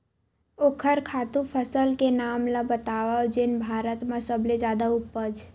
ओखर खातु फसल के नाम ला बतावव जेन भारत मा सबले जादा उपज?